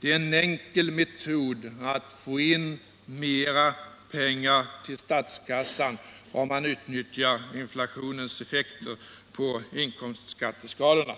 Det är en enkel metod att få in mera pengar till statskassan om man utnyttjar inflationens effekter på inkomstskatteskalorna.